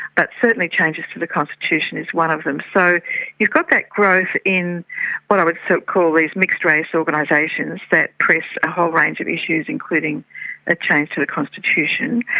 but certainly changes to the constitution is one of them. so you've got that growth in what i would so call these mixed race organisations that press a whole range of issues, including the change to the constitution.